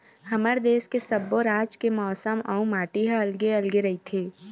हमर देस के सब्बो राज के मउसम अउ माटी ह अलगे अलगे रहिथे